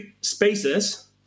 spaces